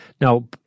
Now